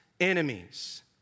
enemies